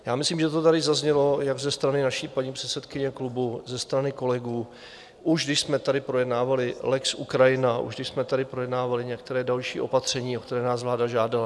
Já myslím, že to tady zaznělo jak ze strany naší paní předsedkyně klubu, ze strany kolegů, už když jsme tady projednávali lex Ukrajina, už když jsme tady projednávali některá další opatření, o která nás vláda žádala.